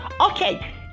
Okay